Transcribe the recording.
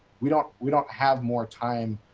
we don't we don't have more time,